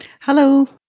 Hello